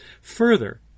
Further